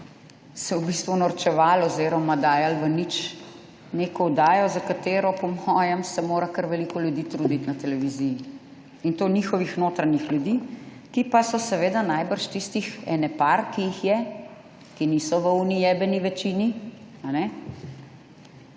se v bistvu norčevali oziroma dajali v nič neko oddajo, za katero se mora po mojem kar veliko ljudi trudit na televiziji, in to njihovih notranjih ljudi, ki pa so seveda najbrž tistih ene par, ki jih je, ki niso v tisti »jebeni« večini. Kajne?